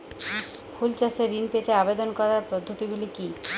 ফুল চাষে ঋণ পেতে আবেদন করার পদ্ধতিগুলি কী?